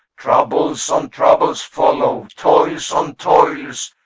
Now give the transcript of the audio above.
troubles on troubles follow, toils on toils,